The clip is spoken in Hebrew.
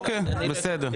בסדר.